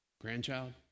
Grandchild